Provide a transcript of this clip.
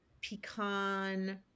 pecan